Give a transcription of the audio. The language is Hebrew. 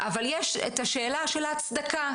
יש את האלת ההצדקה,